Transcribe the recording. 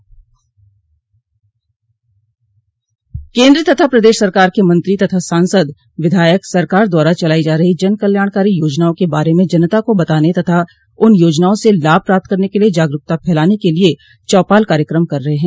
केन्द्र तथा प्रदेश सरकार के मंत्री तथा सांसद विधायक सरकार द्वारा चलाई जा रही जन कल्याणकारी योजनाओं के बारे में जनता को बताने तथा उन योजनाओं से लाभ प्राप्त करने के लिए जागरूकता फैलाने के लिए चौपाल कार्यक्रम कर रहे है